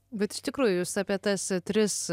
bet iš tikrųjų jūs apie tas tris